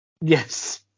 Yes